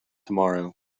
tomorrow